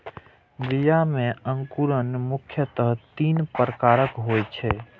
बीया मे अंकुरण मुख्यतः तीन प्रकारक होइ छै